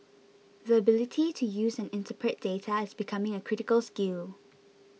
the ability to use and interpret data is becoming a critical skill